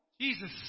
Jesus